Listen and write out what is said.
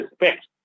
respect